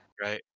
Right